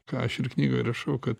ką aš ir knygoj rašau kad